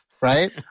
Right